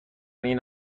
این